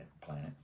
Planet